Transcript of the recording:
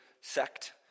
sect